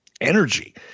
energy